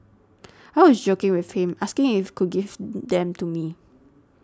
I was joking with him asking if could give them to me